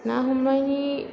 ना हमनायनि